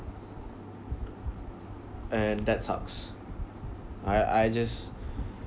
and that sucks I I just